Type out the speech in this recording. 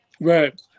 Right